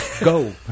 go